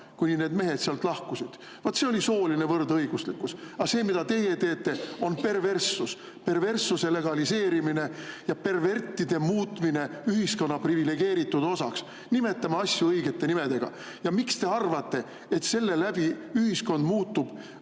kuni need mehed sealt lahkusid. Vaat see oli sooline võrdõiguslikkus! Aga see, mida teie teete, on perverssus: perverssuse legaliseerimine ja pervertide muutmine ühiskonna privilegeeritud osaks. Nimetame asju õigete nimedega. Ja miks te arvate, et selle läbi muutub